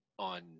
on